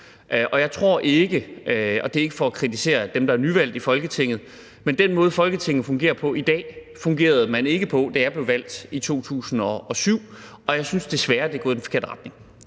Jeg tror ikke – og det er ikke for at kritisere dem, der er nyvalgte i Folketinget – at den måde, Folketinget fungerer på i dag, var den måde, det fungerede på, da jeg blev valgt i 2007, og jeg synes desværre, at det er gået i den forkerte retning.